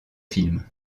films